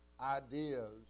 ideas